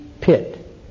pit